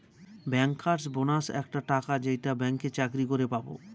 bankers bonus একটা টাকা যেইটা ব্যাঙ্কে চাকরি করে পাবো